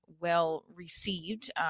well-received